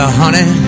honey